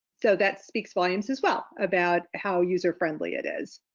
so that speaks volumes as well about how user friendly it is.